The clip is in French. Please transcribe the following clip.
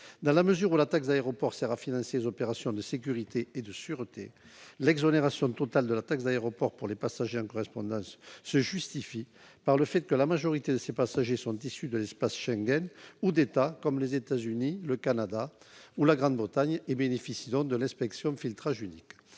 Dans la mesure où la taxe d'aéroport sert à financer les opérations de sécurité et de sûreté, son exonération totale pour les passagers en correspondance se justifie par le fait que la majorité de ces passagers est issue de l'espace Schengen ou d'États comme les États-Unis, le Canada ou la Grande-Bretagne, et bénéficie donc de l'inspection filtrage unique